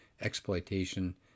exploitation